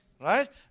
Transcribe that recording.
Right